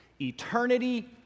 eternity